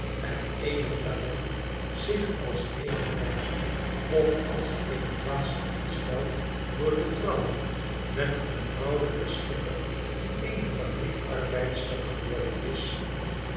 en eenig talent zich als een wijze of als een dwaas aanstelt door te trouwen met en vrouwelijken schipper die eene fabriek arbeidster geworden is